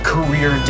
Career